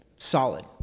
Solid